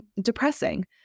depressing